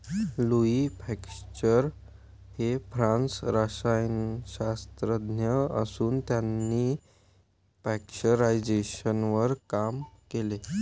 Louis Pasteur हे French रसायनशास्त्रज्ञ असून त्यांनी पाश्चरायझेशनवर काम केले